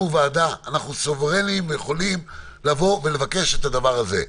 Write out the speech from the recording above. אנחנו ועדה ואנחנו סוברנים ויכולים לבקש את הדבר הזה.